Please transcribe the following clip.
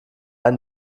eine